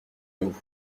nous